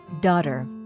Daughter